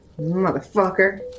Motherfucker